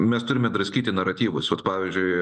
mes turime draskyti naratyvus vat pavyzdžiui